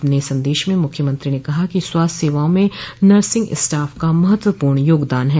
अपने संदेश में मुख्यमंत्री ने कहा कि स्वास्थ्य सेवाओं में नर्सिंग स्टाफ का महत्वपूर्ण योगदान है